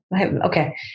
okay